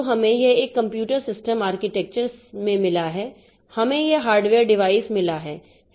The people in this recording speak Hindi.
तो हमें यह एक कंप्यूटर सिस्टम आर्किटेक्चर में मिला है हमें यह हार्डवेयर डिवाइस मिला है